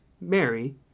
Mary